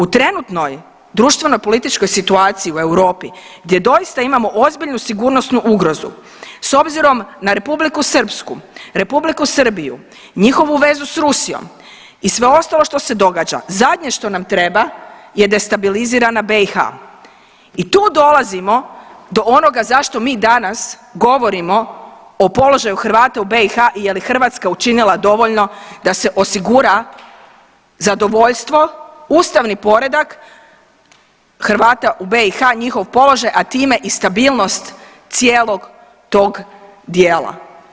U trenutnoj društvenopolitičkoj situaciji u Europi gdje doista imamo ozbiljnu sigurnosnu ugrozu, s obzirom na Republiku Srpsku, Republiku Srbiju, njihovu vezu s Rusijom i sve ostalo što se događa, zadnje što nam treba je destabilizirana BiH. i tu dolazimo do onoga zašto mi danas govorimo o položaju Hrvata u BiH i je li Hrvatska učinila dovoljno da se osigura zadovoljstvo, ustavni poredak Hrvata u BiH njihov položaj, a time i stabilnost cijelog tog dijela.